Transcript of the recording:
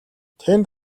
тэнд